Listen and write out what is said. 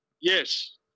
Yes